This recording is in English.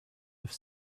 have